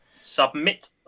Submit